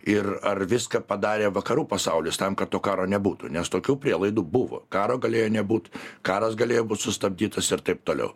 ir ar viską padarė vakarų pasaulis tam kad to karo nebūtų nes tokių prielaidų buvo karo galėjo nebūt karas galėjo būt sustabdytas ir taip toliau